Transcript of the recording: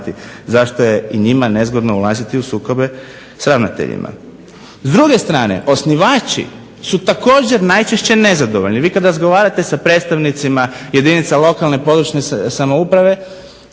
zašto je i njima nezgodno ulaziti u sukobe sa ravnateljima. S druge strane osnivači su također najčešće nezadovoljni. Vi kad razgovarate sa predstavnicima jedinica lokalne i područne samouprave